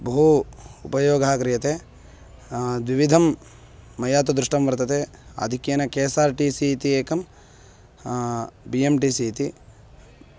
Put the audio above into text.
बहु उपयोगः क्रियते द्विविधं मया तु दृष्टं वर्तते आधिक्येन K S R T C इति एकं बि एम् टि सि इति